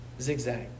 zigzag